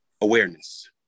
awareness